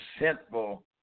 sinful